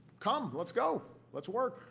come, let's go. let's work.